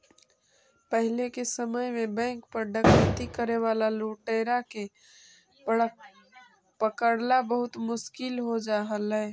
पहिले के समय में बैंक पर डकैती करे वाला लुटेरा के पकड़ला बहुत मुश्किल हो जा हलइ